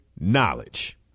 knowledge